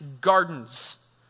gardens